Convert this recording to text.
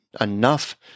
enough